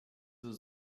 was